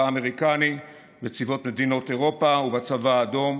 האמריקני וצבאות מדינות אירופה ובצבא האדום,